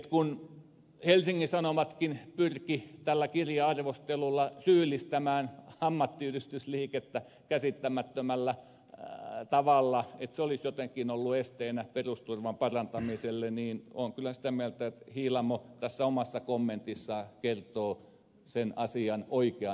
kun helsingin sanomatkin pyrki tällä kirja arvostelulla syyllistämään ammattiyhdistysliikettä käsittämättömällä tavalla että se olisi jotenkin ollut esteenä perusturvan parantamiselle niin olen kyllä sitä mieltä että hiilamo tässä omassa kommentissaan kertoo sen asian oikean puolen